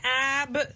ab